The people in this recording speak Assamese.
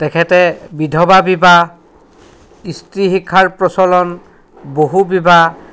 তেখেতে বিধবাবিবাহ স্ত্ৰীশিক্ষাৰ প্ৰচলন বহুবিবাহ